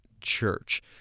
church